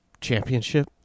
championship